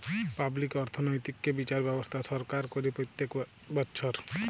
public অর্থনৈতিক্যে বিচার ব্যবস্থা সরকার করে প্রত্যক বচ্ছর